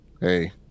Hey